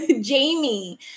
Jamie